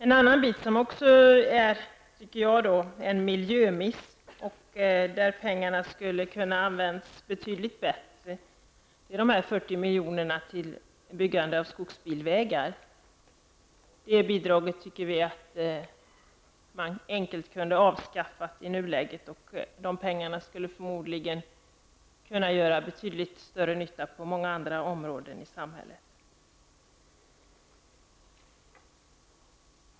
En annan bit som är en miljömiss, där pengarna skulle ha kunnat användas betydligt bättre, tycker jag är de 40 miljonerna till byggande av skogsbilvägar. Det bidraget tycker vi att man enkelt kunde avskaffa i nuläget. De pengarna skulle förmodligen kunna göra betydligt större nytta på många andra områden i samhället.